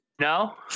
No